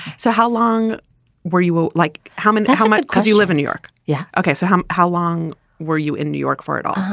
so how long were you like. how many how much do you live in new york. yeah. okay so how um how long were you in new york fertile.